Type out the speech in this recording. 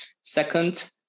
Second